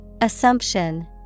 Assumption